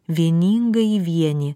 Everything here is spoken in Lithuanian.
vieningąjį vienį